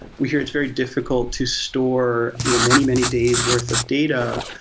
we here it's very difficult to store you know many, many days' worth of data,